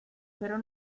pero